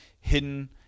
hidden